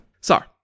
Sorry